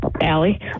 Allie